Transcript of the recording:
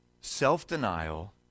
self-denial